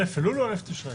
א' אלול או א' תשרי?